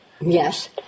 Yes